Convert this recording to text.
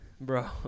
Bro